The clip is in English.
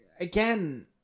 again